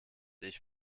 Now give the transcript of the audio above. ich